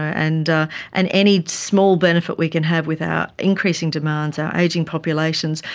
and and any small benefit we can have with our increasing demands, our ageing populations,